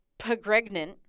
Pregnant